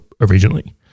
originally